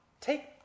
take